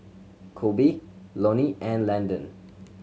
Kobe Lonnie and Landon